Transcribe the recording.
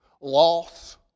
loss